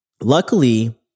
Luckily